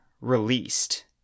released